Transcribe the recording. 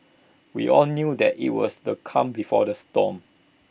we all knew that IT was the calm before the storm